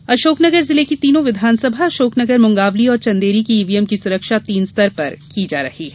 वहीं अशोकनगर जिले की तीनों विधानसभा अशोकनगर मुगांवली और चंदेरी की ईवीएम की सुरक्षा तीन स्तर पर की जा रही है